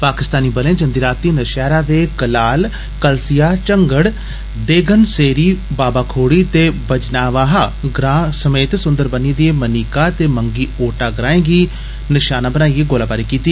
पाकिस्तानी बलें जंदी रातीं नौषैहरा दे कलाल कलसिया झंगड़ देरान सेरी बाबा खोड़ी ते बजनावाहा ग्रां सने सुंदरबनी दे मनीका ते मंगीओटा ग्रांएं गी निषाना बनाईयै गोलाबारी कीती